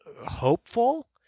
hopeful